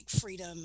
freedom